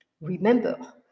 Remember